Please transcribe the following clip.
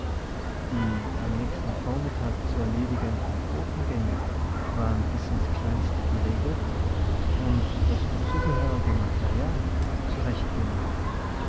die am nächsten vormittag zu erledigenden botengänge waren bis ins kleinste geregelt und das dazugehörige material zurechtgelegt